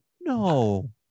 no